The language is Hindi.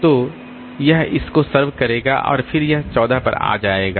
तो यह इस को सर्व करेगा और फिर यह 14 पर आ जाएगा